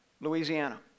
Louisiana